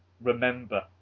remember